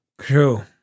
True